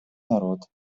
народ